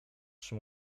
czy